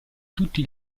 tutti